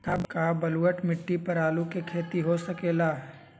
का बलूअट मिट्टी पर आलू के खेती हो सकेला?